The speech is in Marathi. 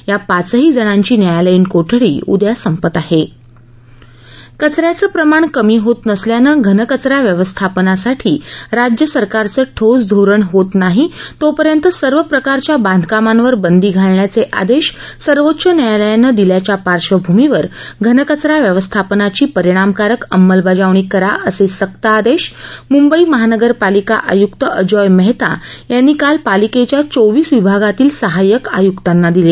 या पाचही जणांची न्यायालयीन कोठडी उद्या संपत आहे कचऱ्याचं प्रमाण कमी होत नसल्याने घनकचरा व्यवस्थापनासाठी राज्य सरकारचं ठोस धोरण होत नाही तो पर्यंत सर्व प्रकारच्या बांधकामांवर बंदी घालण्याचे आदेश सर्वोच्च न्यायालयाने दिल्याच्या पार्श्वभूमीवर घनकचरा व्यवस्थापनाची परिणामकारक अंमलबावणी करा असे सक्त आदेश पालिका आयुक्त अजॉय मेहता यांनी काल पालिकेच्या चोवीस विभागातील सहाय्यक आयुक्तांना दिले